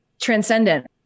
transcendent